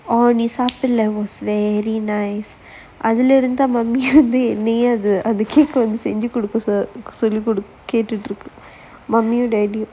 நீ சாப்பிடவே இல்ல:nee saappidavae illa very nice அதுல இருந்து:athula irunthu mummy வந்து என்னையே அந்த:vanthu ennaiyae antha the cake செஞ்சு குடுக்க சொல்லிட்டு இருக்கு:senju kudukka sollittu irukku mummy daddy